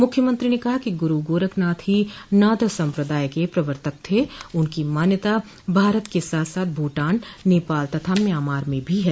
मुख्यमंत्री ने कहा कि गूरू गोरखनाथ ही नाथ सम्प्रदाय के प्रवर्तक थे उनकी मान्यता भारत के साथ साथ भूटान नेपाल तथा म्यांमार में भी है